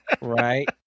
Right